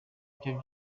byo